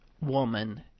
woman